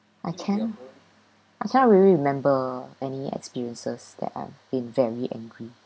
I can't I can't really remember any experiences that I've been very angry